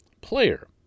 player